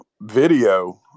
video